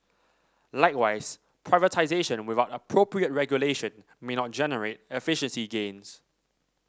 likewise privatisation without appropriate regulation may not generate efficiency gains